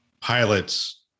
pilots